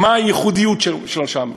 מה הייחודיות שלו שם,